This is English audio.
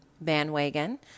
bandwagon